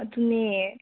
ꯑꯗꯨꯅꯦ